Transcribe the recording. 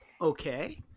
okay